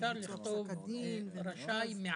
אם אנו יכולים פה להגיד שבכל